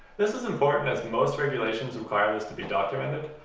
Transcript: this is important as most regulations require this to be documented.